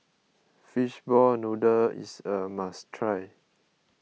Fishball Noodle is a must try